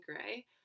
Gray